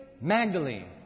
Magdalene